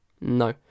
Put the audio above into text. No